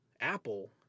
Apple